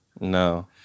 No